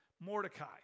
Mordecai